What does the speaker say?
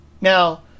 Now